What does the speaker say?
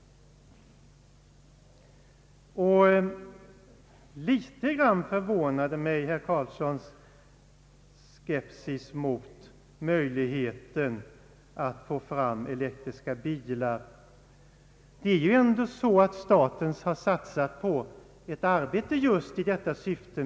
Litet grand förvånade mig herr Karlssons skepsis mot möjligheten att få fram elektriska bilar. Staten har ändå satsat på ett arbete inom Kalmar Verkstads AB just i detta syfte.